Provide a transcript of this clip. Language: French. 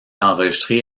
enregistré